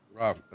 Rob